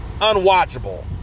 unwatchable